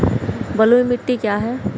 बलुई मिट्टी क्या है?